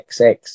XX